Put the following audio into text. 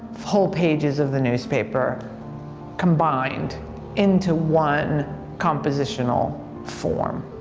whole pages of the newspaper combined into one compositional form.